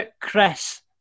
Chris